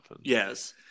Yes